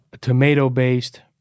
tomato-based